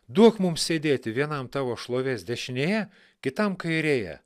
duok mums sėdėti vienam tavo šlovės dešinėje kitam kairėje